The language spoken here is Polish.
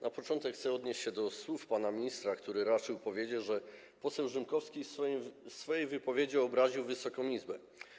Na początek chcę odnieść się do słów pana ministra, który raczył powiedzieć, że poseł Rzymkowski w swojej wypowiedzi obraził Wysoką Izbę.